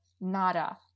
nada